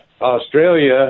Australia